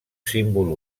símbol